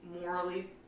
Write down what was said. morally